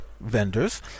vendors